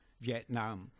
Vietnam